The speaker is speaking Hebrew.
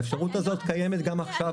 האפשרות הזאת קיימת גם עכשיו.